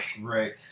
Right